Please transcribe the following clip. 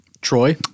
Troy